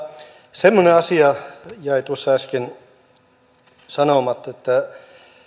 semmoinen asia jäi tuossa äsken sanomatta että